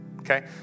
Okay